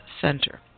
Center